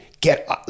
Get